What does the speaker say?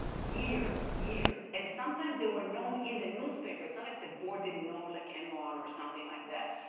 years, years. and sometimes they were known in the newspaper. it's not like the board didn't know like enron or something like that.